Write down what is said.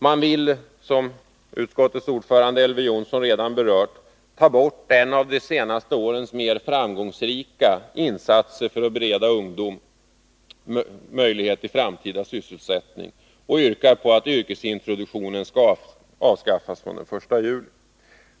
De vill ta bort en av de senaste årens mer framgångsrika insatser för att bereda ungdomen möjlighet till framtida sysselsättning och yrkar att yrkesintroduktionen skall avskaffas från den 1 juli.